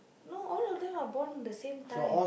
no all of them are born the same time